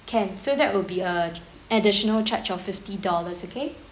can so that will be a additional charge of fifty dollars okay